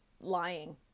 lying